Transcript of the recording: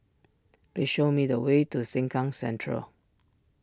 please show me the way to Sengkang Central